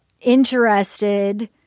interested